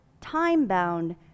time-bound